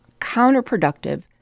counterproductive